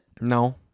no